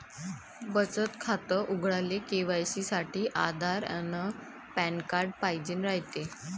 बचत खातं उघडाले के.वाय.सी साठी आधार अन पॅन कार्ड पाइजेन रायते